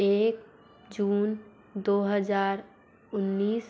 एक जून दो हज़ार उन्नीस